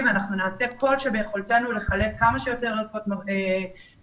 נעשה כל שביכולתנו לחלק כמה שיותר ערכות מחשב.